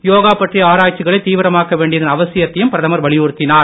யோகா பற்றிய ஆராய்ச்சிகளை தீவிரமாக்க வேண்டியதன் அவசியத்தையம் பிரதமர் வலியுறுத்தினார்